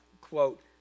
quote